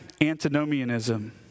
antinomianism